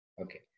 Okay